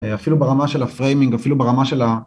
אפילו ברמה של ה-framing , אפילו ברמה של ה...